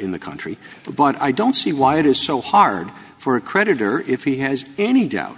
in the country but i don't see why it is so hard for a creditor if he has any doubt